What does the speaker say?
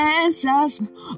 answers